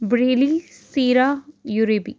ਬਰੇਲੀ ਸੀਰਾ ਯੂਰੇਬੀ